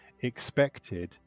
expected